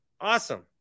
Awesome